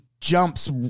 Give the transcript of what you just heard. jumps